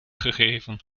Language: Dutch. gegeven